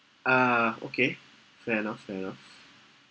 uh okay fair enough fair enough